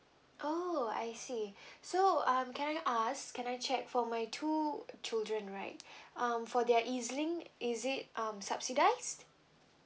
oh I see so um can I ask can I check for my two children right um for their ezlink is it um subsidize